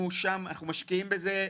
אנחנו שם, אנחנו משקיעים בזה.